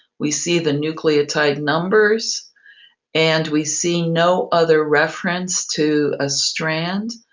we see the nucleotide numbers and we see no other reference to a strand,